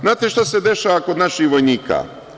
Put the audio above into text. Znate šta se dešava kod naših vojnika?